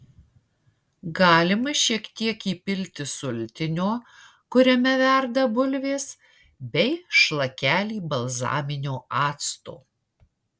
galima šiek tiek įpilti sultinio kuriame verda bulvės bei šlakelį balzaminio acto